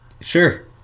Sure